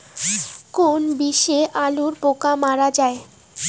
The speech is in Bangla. কোন বিষে আলুর পোকা মারা যায়?